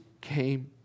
came